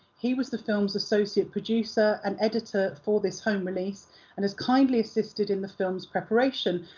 he was the film's associate producer and editor for this home release and has kindly assisted in the film's preparation,